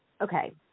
okay